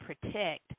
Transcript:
protect